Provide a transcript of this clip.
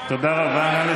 תודה רבה.